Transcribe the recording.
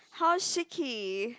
how chic key